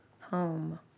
home